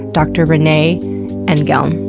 dr. renee and um